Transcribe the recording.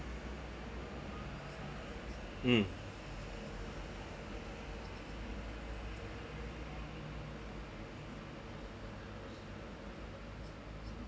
mm